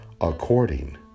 according